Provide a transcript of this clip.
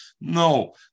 No